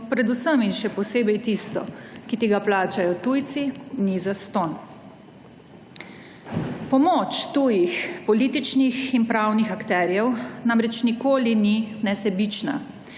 predvsem in še posebej tisto, ki ti ga plačajo tujci, ni zastonj. Pomoč tujih političnih in pravnih akterjev namreč nikoli ni nesebična,